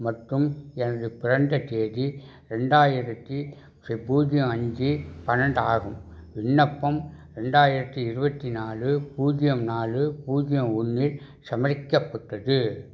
மற்றும் எனது பிறந்த தேதி ரெண்டாயிரத்தி ஃபெ பூஜ்ஜியம் அஞ்சு பன்னெண்டு ஆகும் விண்ணப்பம் ரெண்டாயிரத்தி இருபத்தி நாலு பூஜ்ஜியம் நாலு பூஜ்ஜியம் ஒன்று சமரிக்கப்பட்டது